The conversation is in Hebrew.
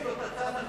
זאת הצעת החוק,